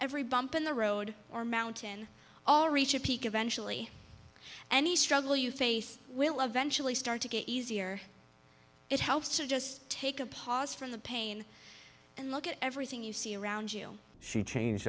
every bump in the road or mountain all reach a peak eventually any struggle you face will eventually start to get easier it helps to just take a pause from the pain and look at everything you see around you she changed